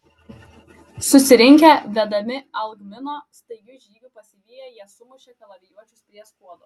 susirinkę vedami algmino staigiu žygiu pasiviję jie sumušė kalavijuočius prie skuodo